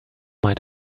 mind